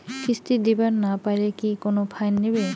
কিস্তি দিবার না পাইলে কি কোনো ফাইন নিবে?